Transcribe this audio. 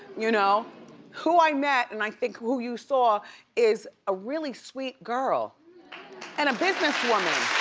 you know who i met, and i think who you saw is a really sweet girl and a business woman.